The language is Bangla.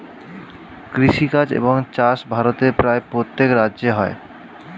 কৃষিকাজ এবং চাষ ভারতের প্রায় প্রত্যেক রাজ্যে হয়